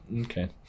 Okay